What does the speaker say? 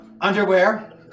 underwear